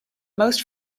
most